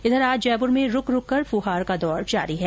इधर आज जयपुर में रूक रूक कर फुहार का दौर जारी है